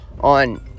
on